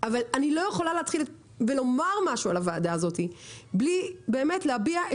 אבל אני לא יכולה להתחיל ולומר משהו על הוועדה הזאת בלי באמת להביע את